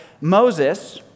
Moses